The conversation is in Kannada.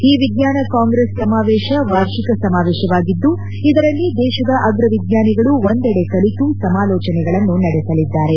ಈ ವಿಜ್ಞಾನ ಕಾಂಗ್ರೆಸ್ ಸಮಾವೇಶ ವಾರ್ಷಿಕ ಸಮಾವೇಶವಾಗಿದ್ದು ಇದರಲ್ಲಿ ದೇಶದ ಅಗ್ರ ವಿಜ್ಞಾನಿಗಳು ಒಂದೆಡೆ ಕಲೆತು ಸಮಾಲೋಚನೆಗಳನ್ನು ನಡೆಸಲಿದ್ದಾರೆ